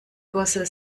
gosse